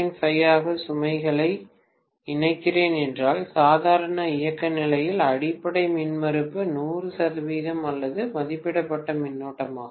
5 of சுமைகளை இணைக்கிறேன் என்றால் சாதாரண இயக்க நிலையில் அடிப்படை மின்மறுப்பு 100 அல்லது மதிப்பிடப்பட்ட மின்னோட்டமாகும்